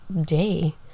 day